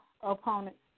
opponents